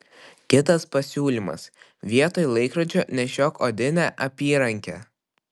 kitas pasiūlymas vietoj laikrodžio nešiok odinę apyrankę